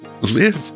live